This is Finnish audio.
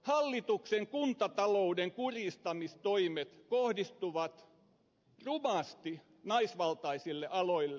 hallituksen kuntatalouden kurjistamistoimet kohdistuvat rumasti naisvaltaisille aloille